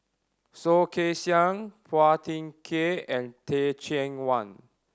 Soh Kay Siang Phua Thin Kiay and Teh Cheang Wan